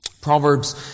Proverbs